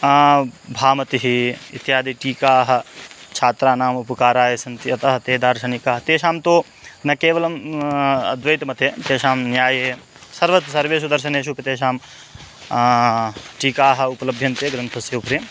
णभामतिः इत्यादि टीकाः छात्रानाम् उपकाराय सन्ति अतः ते दार्शनिकाः तेषां तु न केवलं अद्वैतमते तेषां न्याये सर्वत्र सर्वेषु दर्शनेषु तेषां टीकाः उपलभ्यन्ते ग्रन्थस्य उपरि